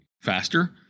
faster